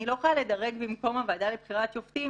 אני לא יכולה לדרג במקום הוועדה לבחירת שופטים